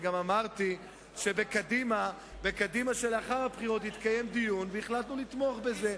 וגם אמרתי שבקדימה שלאחר הבחירות התקיים דיון והחלטנו לתמוך בזה.